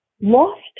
lost